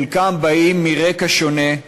חלקם באים מרקע שונה,